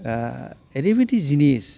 एरैबायदि जिनिस